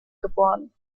geboren